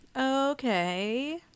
okay